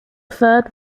third